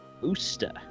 Booster